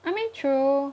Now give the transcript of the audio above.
I mean true